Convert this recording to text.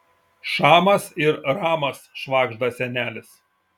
šamas ir ramas švagžda senelis